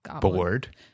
Bored